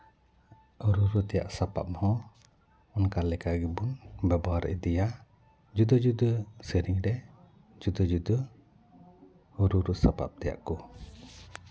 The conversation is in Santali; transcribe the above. ᱨᱩ ᱨᱩ ᱛᱮᱭᱟᱜ ᱥᱟᱯᱟᱯ ᱦᱚᱸ ᱚᱱᱟ ᱞᱮᱠᱟ ᱜᱮᱵᱚᱱ ᱵᱮᱵᱚᱦᱟᱨ ᱤᱫᱤᱭᱟ ᱡᱩᱫᱟᱹ ᱡᱩᱫᱟᱹ ᱥᱮᱨᱮᱧ ᱨᱮ ᱡᱩᱫᱟᱹ ᱡᱩᱫᱟᱹ ᱨᱩ ᱨᱩ ᱥᱟᱯᱟᱯ ᱛᱮᱭᱟᱜ ᱠᱚ